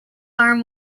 are